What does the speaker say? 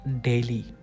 daily